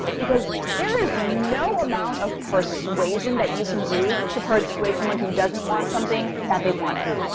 because there is no amount of persuasion that you can do to persuade someone who doesn't want something that they want it.